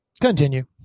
Continue